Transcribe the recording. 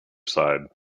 side